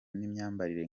n’imyambarire